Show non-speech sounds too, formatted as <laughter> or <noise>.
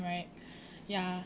right <breath> ya